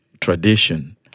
tradition